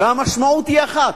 והמשמעות היא אחת,